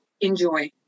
enjoy